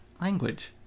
Language